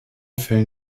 fällen